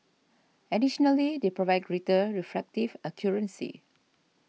additionally they provide greater refractive accuracy